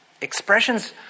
Expressions